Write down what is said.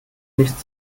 nicht